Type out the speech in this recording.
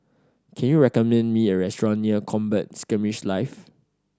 can you recommend me a restaurant near Combat Skirmish Live